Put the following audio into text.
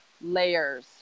layers